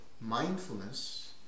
mindfulness